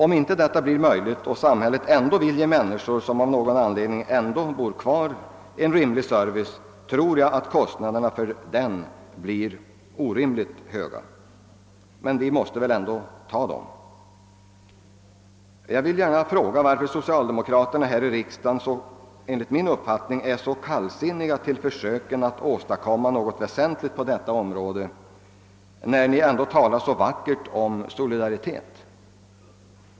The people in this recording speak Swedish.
Om inte detta blir möjligt och samhället ändå vill ge de människor som av någon anledning önskar bo kvar en rimlig service, tror jag att kostnaderna härför blir oskäligt höga, men vi måste väl ändå acceptera dem. Jag vill gärna fråga varför socialdemokraterna här i riksdagen är, enligt min uppfattning, så kallsinniga mot försöken att åstadkomma något väsentligt på detta område när de ändå talar så vackert om solidaritet.